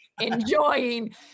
enjoying